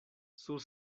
sur